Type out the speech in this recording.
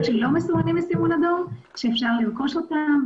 שלא מסומנים בסימון אדום שאפשר לרכוש אותם,